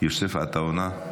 יוסף עטאונה,